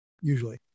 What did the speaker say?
usually